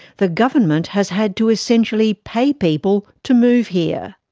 the government has had to essentially pay people to move here.